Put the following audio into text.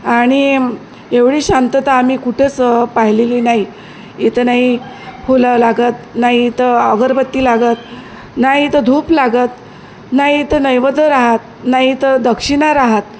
आणि एवढी शांतता आम्ही कुठेच पाहिलेली नाही इथं नाही फुलं लागत ना इथं अगरबत्ती लागत ना इथं धूप लागत ना इथं नैवैद्य राहात ना इथं दक्षिणा राहात